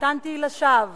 המתנתי לשווא